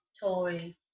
toys